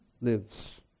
lives